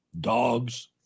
Dogs